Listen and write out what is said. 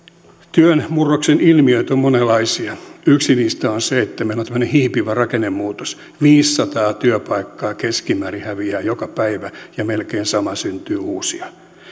työn murroksen ilmiöt ovat monenlaisia yksi niistä on se että meillä on tämmöinen hiipivä rakennemuutos viisisataa työpaikkaa keskimäärin häviää joka päivä ja melkein sama syntyy uusia